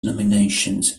nominations